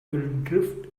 drift